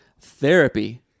therapy